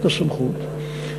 את הסמכות,